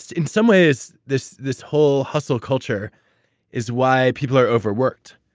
in some ways this this whole hustle culture is why people are overworked.